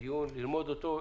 כדי ללמוד אותו,